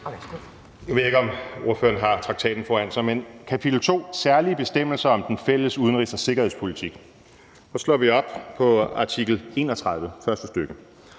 ved jeg ikke, om ordføreren har traktaten foran sig, men jeg har her kapitel 2 om særlige bestemmelser om den fælles udenrigs- og sikkerhedspolitik. Så slår vi op på artikel 31, stk.